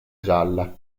gialla